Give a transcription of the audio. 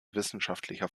wissenschaftlicher